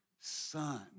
son